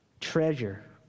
treasure